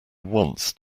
once